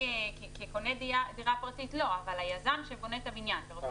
כקונה דירה פרטית לא אבל היזם שבונה את הבניין צריך